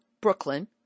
Brooklyn